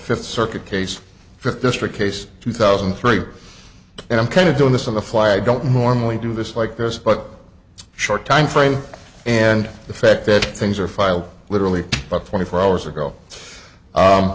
fifth circuit case fifth district case two thousand and three and i'm kind of doing this on the fly i don't normally do this like this but short timeframe and the fact that things are filed literally about twenty four hours ago